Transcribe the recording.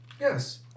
Yes